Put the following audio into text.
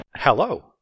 Hello